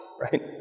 right